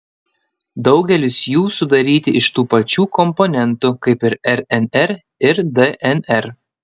daugelis jų sudaryti iš tų pačių komponentų kaip rnr ir dnr